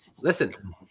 Listen